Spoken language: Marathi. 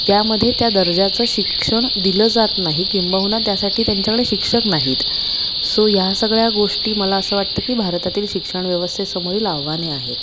त्यामध्ये त्या दर्जाचं शिक्षण दिलं जात नाही किंबहुना त्यासाठी त्यांच्याकडे शिक्षक नाहीत सो या सगळ्या गोष्टी मला असं वाटतं की भारतातील शिक्षण व्यवस्थेसमोरील आव्हाने आहेत